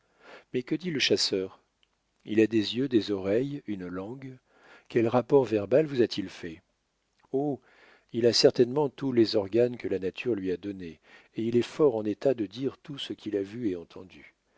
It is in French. mais que dit le chasseur il a des yeux des oreilles une langue quel rapport verbal vous a-t-il fait oh il a certainement tous les organes que la nature lui a donnés et il est fort en état de dire tout ce qu'il a vu et entendu